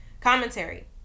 commentary